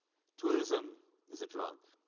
tourism is a drug.